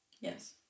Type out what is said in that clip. Yes